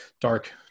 dark